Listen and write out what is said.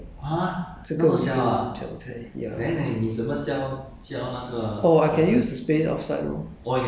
half or one-third of 这个这个 living room 这样才一样